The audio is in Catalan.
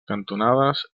cantonades